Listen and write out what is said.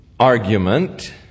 Argument